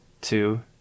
two